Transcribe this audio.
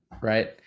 right